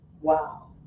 Wow